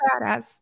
badass